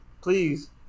please